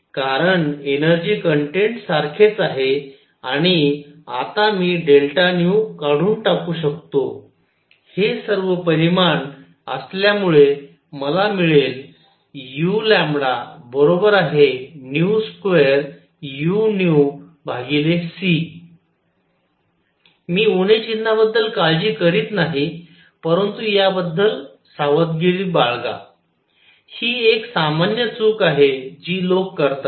कारण energy content सारखेच आहे आणि आता मी काढून टाकू शकतो हे सर्व परिमाण असल्यामुळे मला मिळेल u2uc मी उणे चिन्हाबद्दल काळजी करीत नाही परंतु याबद्दल सावधगिरी बाळगा ही एक सामान्य चूक आहे जी लोक करतात